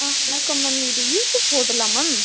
ஆ வணக்கம் மேம் இது யூசஃப் ஹோட்டலா மேம்